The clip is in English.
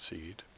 Seed